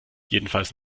jedenfalls